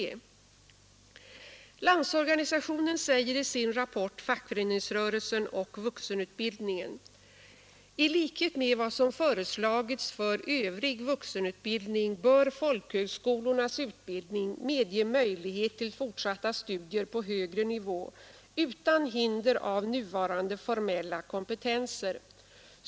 8 december 1972 Landsorganisationen säger i sin rapport Fackföreningsrörelsen och —= vuxenutbildningen: ”I likhet med vad som föreslagits för övrig vuxenutbildning bör folkhögskolornas utbildning medge möjlighet till fortsatta studier på högre nivå, utan hinder av nuvarande formella kompetenser.